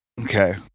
Okay